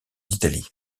d’italie